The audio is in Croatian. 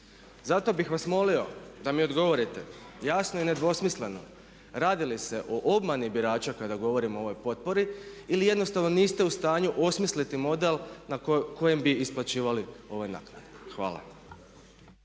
Zato bih vas molio da mi odgovorite, jasno i nedvosmisleno, radi li se obmani birača kada govorimo o ovoj potpori ili jednostavno niste u stanju osmisliti model na kojem bi isplaćivali ove naknade? Hvala.